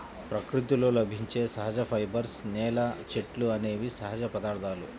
ప్రకృతిలో లభించే సహజ ఫైబర్స్, నేల, చెట్లు అనేవి సహజ పదార్థాలు